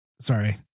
sorry